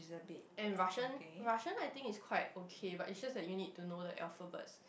and Russian Russian I think is quite okay but it just like you need to know the alphabets